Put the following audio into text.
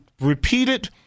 repeated